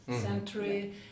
century